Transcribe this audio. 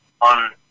on